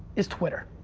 is twitter.